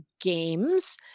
games